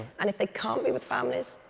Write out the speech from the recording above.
and if they can't be with families,